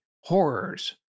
Horrors